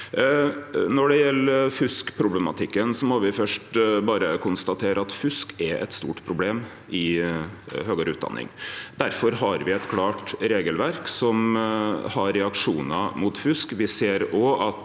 Når det gjeld fuskproblematikken, må me først berre konstatere at fusk er eit stort problem i høgare utdanning. Difor har me eit klart regelverk som har reaksjonar mot fusk.